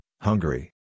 Hungary